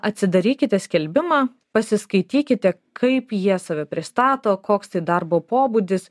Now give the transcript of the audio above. atsidarykite skelbimą pasiskaitykite kaip jie save pristato koks tai darbo pobūdis